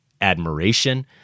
admiration